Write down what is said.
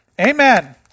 Amen